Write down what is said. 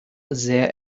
sehr